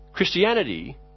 Christianity